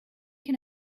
can